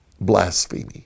Blasphemy